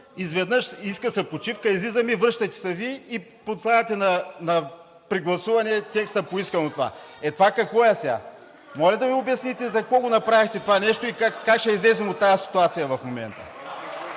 изведнъж се иска почивка, излизаме, връщате се Вие и поставяте на прегласуване текста, поискан от… Е, това, какво е сега? Можете ли да ми обясните за какво го направихте това нещо и как ще излезем от тази ситуация в момента?